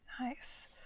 nice